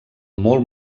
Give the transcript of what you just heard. molt